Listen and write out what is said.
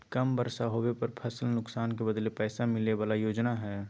कम बर्षा होबे पर फसल नुकसान के बदले पैसा मिले बला योजना हइ